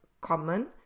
common